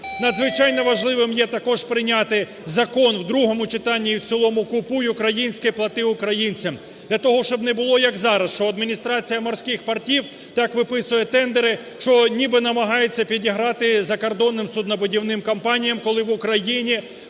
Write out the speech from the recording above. надзвичайно важливим є також прийняти закон в другому читанні і в цілому "Купуй українське, плати українцям" для того, щоб не було, як зараз, що адміністрація морських портів так виписує тендери, що ніби намагається підіграти закордонним суднобудівним компаніям, коли в Україні,